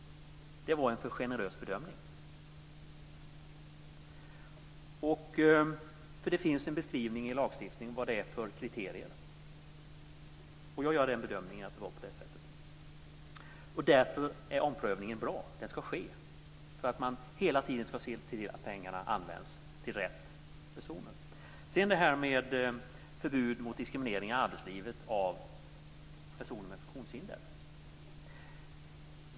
Det var en för generös bedömning. Det finns en beskrivning i lagstiftningen av vilka kriterier som gäller. Jag gör den bedömningen att det var på det sättet. Därför är omprövningen bra. Den ska ske för att man hela tiden ska se till att pengarna används till rätt personer. Sedan till frågan om diskriminering i arbetslivet av personer med funktionshinder.